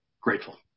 grateful